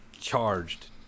charged